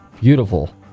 beautiful